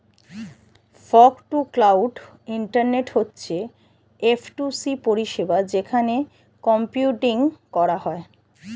fog to cloud internet হচ্ছে F to C পরিষেবা যেখানে কম্পিউটিং করা হয়